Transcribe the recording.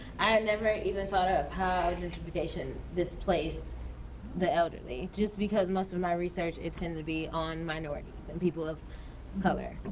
i had never even thought ah of how gentrification displaced the elderly, just because most of of my research has tended to be on minorities and people of color,